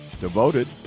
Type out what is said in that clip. devoted